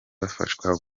bafashwa